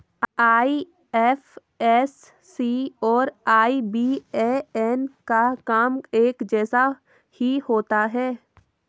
IFSC और IBAN का काम एक जैसा ही होता है